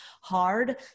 hard